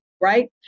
right